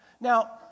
Now